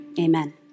Amen